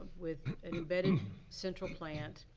with an embedded central plant,